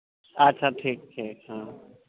ᱟᱪᱪᱷᱟ ᱴᱷᱤᱠ ᱴᱷᱤᱠ